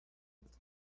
world